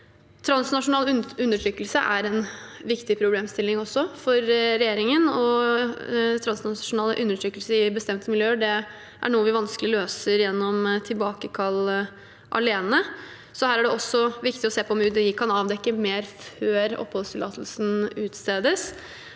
Transnasjonal undertrykkelse er også en viktig problemstilling for regjeringen. Transnasjonal undertrykkelse i bestemte miljøer er noe vi vanskelig løser gjennom tilbakekalling alene, så her er det også viktig å se på om UDI kan avdekke mer før oppholdstillatelsen utstedes.